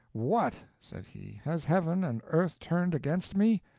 what, said he, has heaven and earth turned against me?